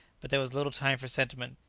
but there was little time for sentiment.